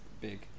big